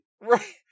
Right